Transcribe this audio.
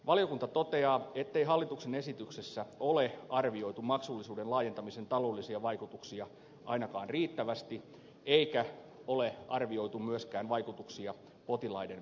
valiokunta toteaa ettei hallituksen esityksessä ole arvioitu maksullisuuden laajentamisen taloudellisia vaikutuksia ainakaan riittävästi eikä ole arvioitu myöskään vaikutuksia potilaiden asemaan